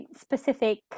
specific